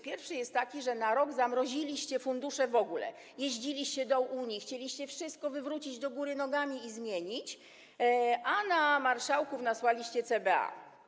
Pierwszy jest taki, że na rok zamroziliście fundusze w ogóle, jeździliście do Unii, chcieliście wszystko wywrócić do góry nogami i zmienić, a na marszałków nasłaliście CBA.